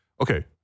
okay